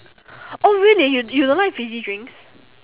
oh really you you don't like fizzy drinks